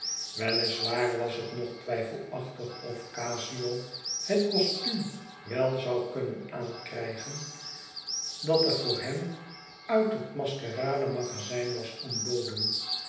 weliswaar was het nog twijfelachtig of cassio het costuum wel zou kunnen aankrijgen dat er voor hem uit het maskerade magazijn was